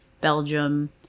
Belgium